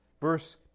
Verse